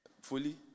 Fully